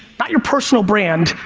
not your personal brand.